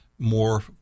more